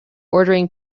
ordering